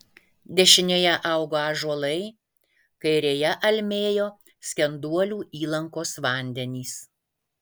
dešinėje augo ąžuolai kairėje almėjo skenduolių įlankos vandenys